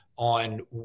on